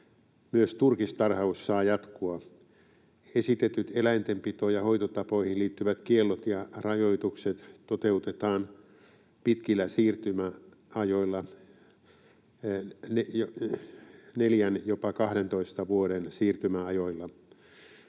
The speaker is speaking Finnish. Myös turkistarhaus saa jatkua. Esitetyt eläintenpito- ja hoitotapoihin liittyvät kiellot ja rajoitukset toteutetaan pitkillä siirtymäajoilla, neljän, jopa 12 vuoden siirtymäajoilla.